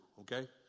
okay